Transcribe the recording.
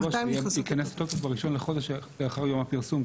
לקבוע שייכנס לתוקף ב-1 לחודש לאחר יום הפרסום,